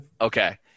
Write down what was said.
Okay